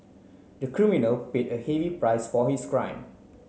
the criminal paid a heavy price for his crime